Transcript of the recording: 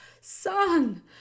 Son